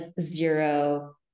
zero